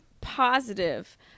positive